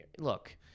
Look